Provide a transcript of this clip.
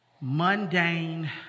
mundane